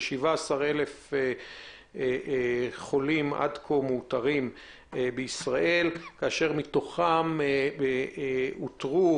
כ-16,000 חולים מאותרים בישראל, מתוכם אותרו